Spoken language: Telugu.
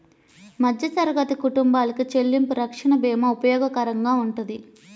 మధ్యతరగతి కుటుంబాలకి చెల్లింపు రక్షణ భీమా ఉపయోగకరంగా వుంటది